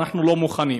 ואנחנו לא מוכנים.